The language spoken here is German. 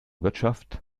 wirtschaft